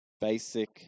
basic